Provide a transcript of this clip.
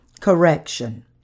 Correction